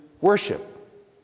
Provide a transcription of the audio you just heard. worship